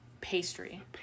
pastry